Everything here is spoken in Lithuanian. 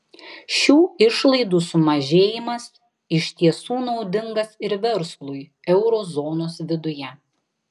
šių išlaidų sumažėjimas iš tiesų naudingas ir verslui euro zonos viduje